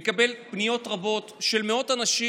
אני מקבל פניות רבות של מאות אנשים,